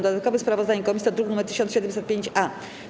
Dodatkowe sprawozdanie komisji to druk nr 1705-A.